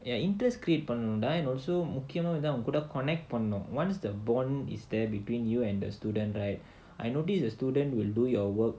ya interest create பண்ணனும்டா:pannanumda couldn't connect பண்ணனும்:pannanum once the bond is there between you and the student right I notice the student will do your work